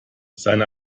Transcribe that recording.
seine